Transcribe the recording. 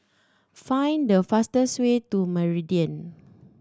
find the fastest way to Meridian